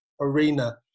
arena